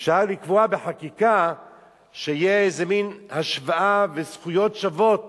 אפשר לקבוע בחקיקה שתהיה איזה מין השוואה וזכויות שוות